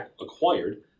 acquired